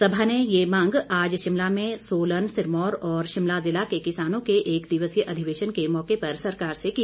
सभा ने यह मांग आज शिमला में सोलन सिरमौर और शिमला जिला के किसानों के एक दिवसीय अधिवेशन के मौके पर सरकार से की